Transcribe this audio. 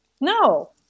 No